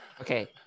Okay